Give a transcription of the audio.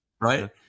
Right